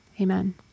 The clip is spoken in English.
Amen